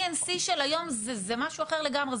CNC של היום זה משהו אחר לגמרי,